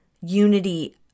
unity